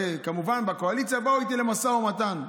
וכמובן בקואליציה באו איתי למשא ומתן.